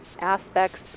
aspects